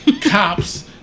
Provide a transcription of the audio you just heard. cops